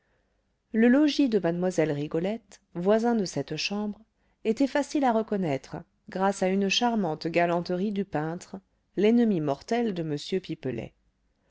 le logis de mlle rigolette voisin de cette chambre était facile à reconnaître grâce à une charmante galanterie du peintre l'ennemi mortel de m pipelet